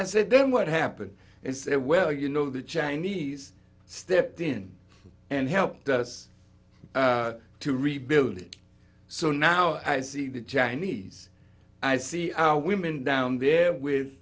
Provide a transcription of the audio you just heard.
i said then what happened and say well you know the chinese stepped in and helped us to rebuild it so now i see the chinese i see our women down there with